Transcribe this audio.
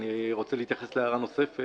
אני רוצה להתייחס להערה נוספת.